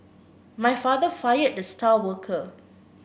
my father fired the star worker